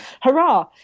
Hurrah